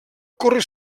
córrer